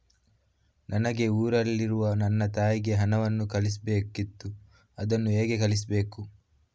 ನನಗೆ ಊರಲ್ಲಿರುವ ನನ್ನ ತಾಯಿಗೆ ಹಣವನ್ನು ಕಳಿಸ್ಬೇಕಿತ್ತು, ಅದನ್ನು ಹೇಗೆ ಕಳಿಸ್ಬೇಕು?